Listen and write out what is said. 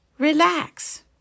Relax